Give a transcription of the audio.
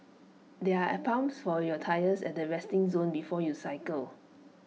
there are pumps for your tyres at the resting zone before you cycle